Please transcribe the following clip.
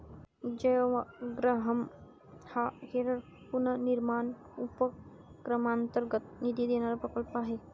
जयवग्रहम हा केरळ पुनर्निर्माण उपक्रमांतर्गत निधी देणारा प्रकल्प आहे